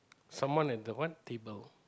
someone at the what table